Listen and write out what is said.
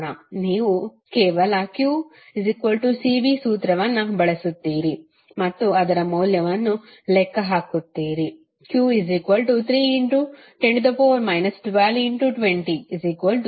ನೀವು ಕೇವಲqCv ಸೂತ್ರವನ್ನು ಬಳಸುತ್ತೀರಿ ಮತ್ತು ಅದರ ಮೌಲ್ಯವನ್ನು ಲೆಕ್ಕ ಹಾಕುತ್ತೀರಿ q310 122060 pC